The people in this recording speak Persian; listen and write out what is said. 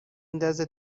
ندازه